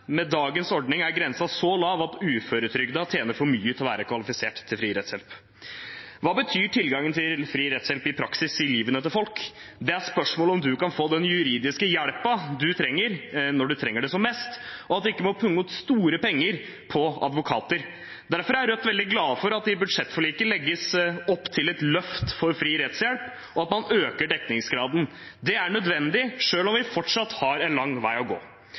Med dagens ordning er grensen så lav at uføretrygdede tjener for mye til å være kvalifisert til fri rettshjelp. Hva betyr tilgangen til fri rettshjelp i praksis i folks liv? Det er et spørsmål om man kan få den juridiske hjelpen man trenger, når man trenger den som mest, og at man ikke må punge ut store penger på advokater. Derfor er Rødt veldig glad for at det i budsjettforliket legges opp til et løft for fri rettshjelp, og at man øker dekningsgraden. Det er nødvendig, selv om vi fortsatt har en lang vei å gå.